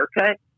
haircut